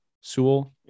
Sewell